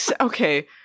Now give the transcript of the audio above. okay